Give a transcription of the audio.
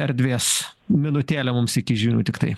erdvės minutėlė mums iki žinių tiktai